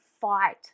fight